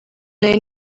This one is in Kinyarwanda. nari